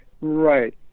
right